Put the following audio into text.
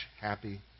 happy